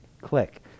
click